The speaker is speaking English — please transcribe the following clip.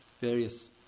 Various